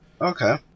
Okay